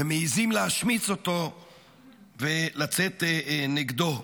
ומעיזים להשמיץ אותו ולצאת נגדו.